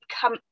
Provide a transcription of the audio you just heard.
come